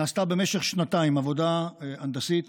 נעשתה במשך שנתיים עבודה הנדסית